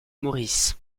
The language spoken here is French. morris